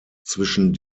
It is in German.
zwischen